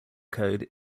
code